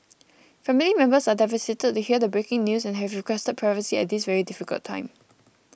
family members are devastated to hear the breaking news and have requested privacy at this very difficult time